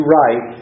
right